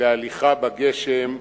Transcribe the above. להליכה בגשם,